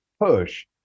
push